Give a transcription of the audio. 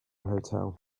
hotel